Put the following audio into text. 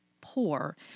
poor